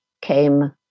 came